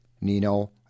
Nino